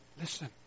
Listen